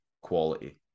quality